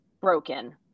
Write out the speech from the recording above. broken